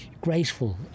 graceful